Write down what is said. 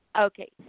okay